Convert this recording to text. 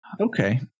Okay